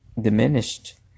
diminished